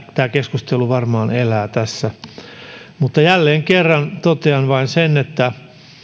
tämä keskustelu varmaan elää tässä jälleen kerran totean vain sen että